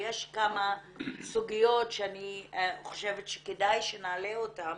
ויש כמה סוגיות שאני חושבת שכדאי שנעלה אותן,